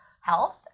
health